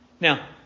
Now